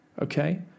Okay